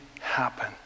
happen